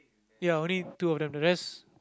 ya only two of them the rest